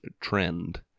trend